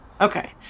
okay